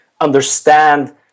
understand